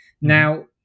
Now